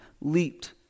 leaped